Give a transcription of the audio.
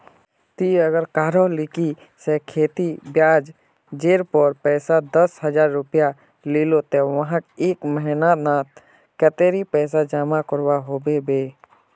ती अगर कहारो लिकी से खेती ब्याज जेर पोर पैसा दस हजार रुपया लिलो ते वाहक एक महीना नात कतेरी पैसा जमा करवा होबे बे?